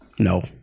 No